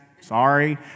Sorry